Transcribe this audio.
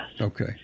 Okay